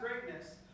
greatness